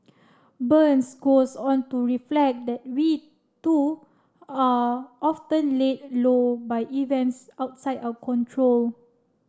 burns goes on to reflect that we too are often laid low by events outside our control